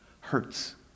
hurts